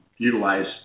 utilize